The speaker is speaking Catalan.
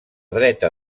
dreta